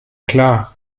klar